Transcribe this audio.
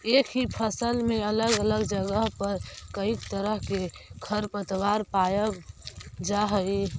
एक ही फसल में अलग अलग जगह पर कईक तरह के खरपतवार पायल जा हई